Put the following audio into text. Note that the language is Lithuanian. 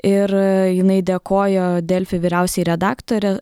ir jinai dėkojo delfi vyriausiai redaktore